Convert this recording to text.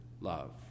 love